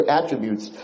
attributes